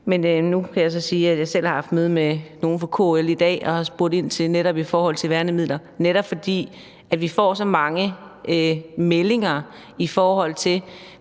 Nu kan jeg så sige, at jeg selv har haft møde med nogen fra KL i dag, og jeg har spurgt ind til netop værnemidler, netop fordi vi får så mange meldinger, i forhold til